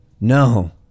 no